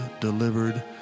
delivered